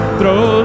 throw